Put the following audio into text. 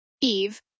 Eve